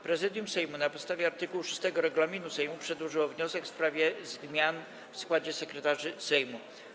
Prezydium Sejmu, na podstawie art. 6 regulaminu Sejmu, przedłożyło wniosek w sprawie zmian w składzie sekretarzy Sejmu.